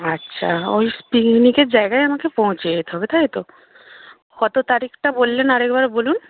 আচ্ছা ওই পিকনিকের জায়গায় আমাকে পৌঁছে যেতে হবে তাই তো কত তারিখটা বললেন আরেকবার বলুন